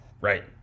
Right